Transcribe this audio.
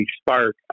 spark